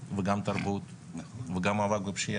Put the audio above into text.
וגם תרבות,